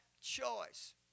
choice